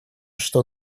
что